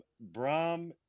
Brahm